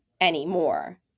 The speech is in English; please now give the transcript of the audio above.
anymore